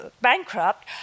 bankrupt